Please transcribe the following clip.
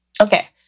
okay